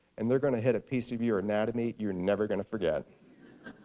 and they're going to hit a piece of your anatomy you're never going to forget.